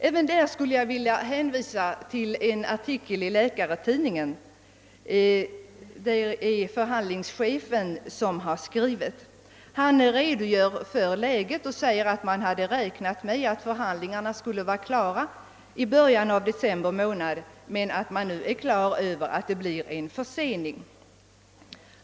Även här skulle jag vilja hänvisa till en artikel i Läkartidningen. Läkarförbundets förhandlingschef redogör där för läget och säger att man hade räknat med att förhandlingarna skulle vara klara i början av december månad men att man nu är medveten om att det uppstår en försening.